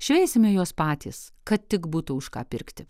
šveisime juos patys kad tik būtų už ką pirkti